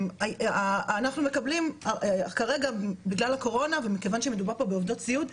אנחנו מקבלים כרגע בגלל הקורונה ומכיוון שמדובר פה בעובדות סיעוד,